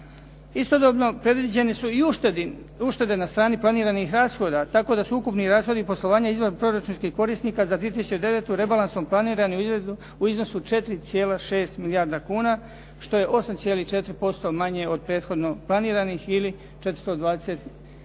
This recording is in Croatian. Istodobno, predviđene su i uštede na strani planiranih rashoda tako da su ukupni rashodi izvanproračunskih korisnika za 2009. rebalansom planirano u iznosu 4,6 milijardi kuna što je 8,4% manje od prethodno planiranih ili 420 milijuna